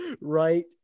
Right